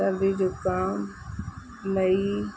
सर्दी ज़ुकामु लही